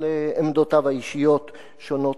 אבל עמדותיו האישיות שונות,